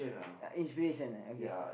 ya age finish and I okay